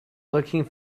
looking